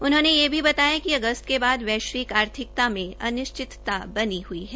उन्होंने यह भी बताया कि अगस्त के बाद वैश्विक आर्थिकता में अनिश्चिता बनी हुई है